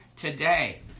today